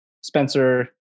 Spencer